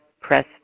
press